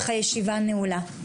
הישיבה נעולה.